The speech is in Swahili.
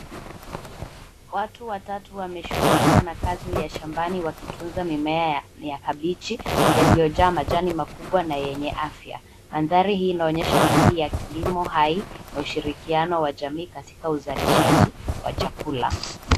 Watu watatu wameshughulika na kazi ya shambani, wakitunza mimea ya kabichi, yaliyojaa majani makubwa na yenye afya .Mandhari hii inaonyesha bidii ya kilimo hai ,na ushirikiano wa jamii katika uzalishaji, wa chakula.